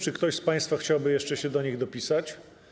Czy ktoś z państwa chciałby się jeszcze do nich dopisać?